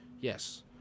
Yes